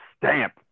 stamp